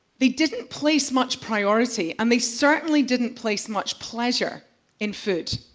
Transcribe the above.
they didn't place much priority, and they certainly didn't place much pleasure in food,